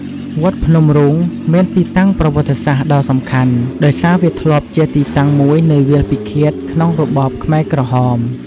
វត្តភ្នំរូងមានទីតាំងប្រវត្តិសាស្ត្រដ៏សំខាន់ ដោយសារវាធ្លាប់ជាទីតាំងមួយនៃវាលពិឃាតក្នុងរបបខ្មែរក្រហម។